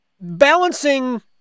balancing